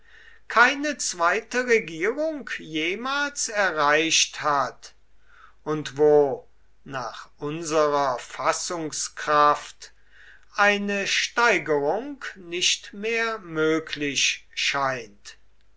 keine zweite regierung jemals erreicht hat und wo nach unserer fassungskraft eine steigerung nicht mehr möglich scheint